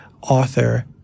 author